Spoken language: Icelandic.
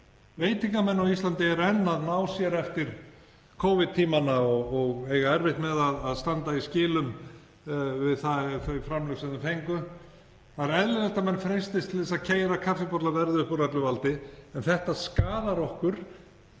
Veitingamenn á Íslandi er enn að ná sér eftir Covid-tímana og eiga erfitt með að standa í skilum með þau framlög sem þeir fengu. Það er eðlilegt að menn freistist til að keyra kaffibollaverðið upp úr öllu valdi, en þetta skaðar okkur,